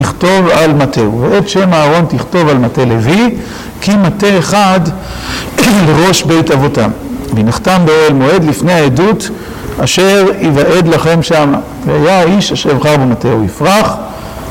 תכתוב על מטהו. ואת שם אהרון, תכתוב על מטה לוי. כי מטה אחד, לראש בית אבותם. והנחתם באוהל מועד - לפני העדות אשר אוועד לכם שמה. והיה האיש אשר אבחר בו - מטהו יפרח.